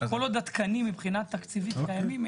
כל עוד התקנים מבחינה תקציבית קיימים,